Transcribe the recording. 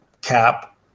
cap